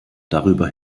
darüber